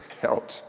help